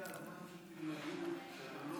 הגיעו הזמן שתלמדו שאנחנו לא,